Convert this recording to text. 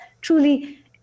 truly